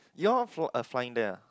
you all fl~ uh flying there ah